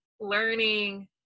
Learning